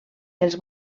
els